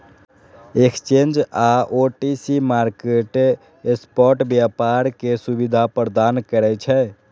exchange आ OTC market spot व्यापार के सुविधा प्रदान करै छै